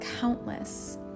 countless